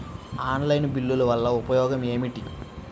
Online బిల్లుల వల్ల ఉపయోగమేమిటీ?